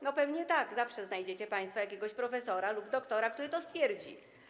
No pewnie tak, zawsze znajdziecie państwo jakiegoś profesora lub doktora, który to stwierdzi.